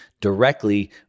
directly